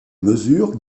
mesures